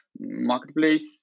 marketplace